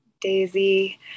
Daisy